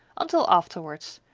until afterwards,